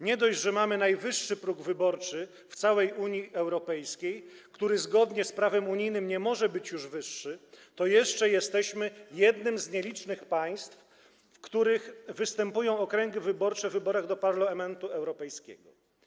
Nie dość, że mamy najwyższy próg wyborczy w całej Unii Europejskiej, który zgodnie z prawem unijnym nie może być już wyższy, to jeszcze jesteśmy jednym z nielicznych państw, w których występują okręgi wyborcze w wyborach do Parlamentu Europejskiego.